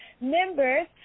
members